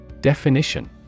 Definition